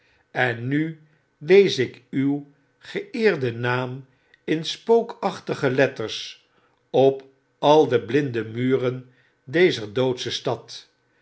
en alleen achter ennu lees ik uw geeerden naam in spookachtige letters op al de blinde muren dezer doodsche stad